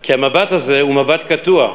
כי המבט הזה הוא מבט קטוע,